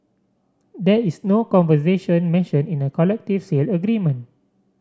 there is no conservation mentioned in the collective sale agreement